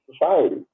society